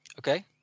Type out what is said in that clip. Okay